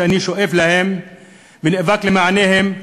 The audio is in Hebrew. שאני שואף להם ונאבק למענם,